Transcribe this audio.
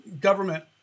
government